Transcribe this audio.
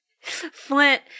Flint